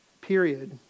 period